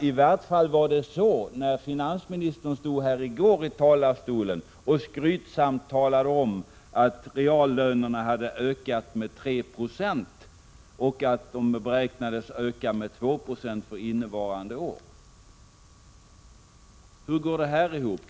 I varje fall var det så i går när finansministern i talarstolen skrytsamt talade om att reallönerna hade ökat 3 96 och förutsade en höjning med 2 96 innevarande år. Hur går detta ihop?